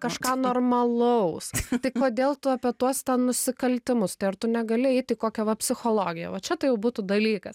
kažką normalaus tai kodėl tu apie tuos nusikaltimus tai ar tu negali eit į kokią va psichologiją va čia tai būtų dalykas